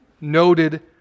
noted